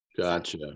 Gotcha